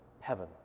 heaven